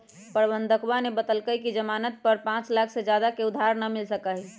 प्रबंधकवा ने बतल कई कि ई ज़ामानत पर पाँच लाख से ज्यादा के उधार ना मिल सका हई